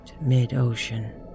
mid-ocean